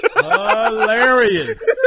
hilarious